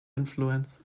influence